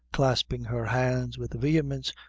clasping her hands with vehemence,